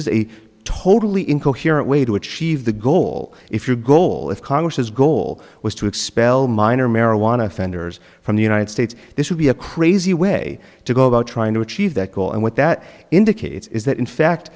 is a totally incoherent way to achieve the goal if your goal is congress's goal was to expel minor marijuana offenders from the united states this would be a crazy way to go about trying to achieve that goal and what that indicates is that in fact